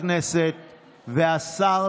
ועוד לא נבנה.